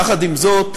יחד עם זאת,